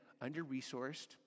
under-resourced